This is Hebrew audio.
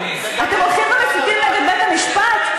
אתם הולכים ומסיתים נגד בית-המשפט?